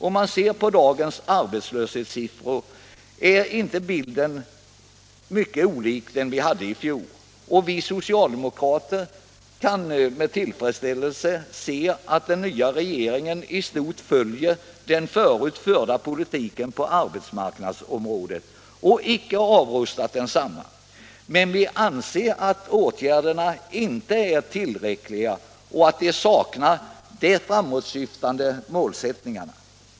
Om man ser på dagens arbetslöshetssiffror finner man att bilden inte är mycket olik den vi hade i fjol, och vi socialdemokrater kan med tillfredsställelse konstatera att den nya regeringen i stort följer den tidigare förda politiken på arbetsmarknadsområdet och att den icke har avrustat densamma. Men vi anser att åtgärderna inte är tillräckliga och att de saknar de framåtsyftande målsättningarna.